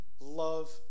love